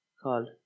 called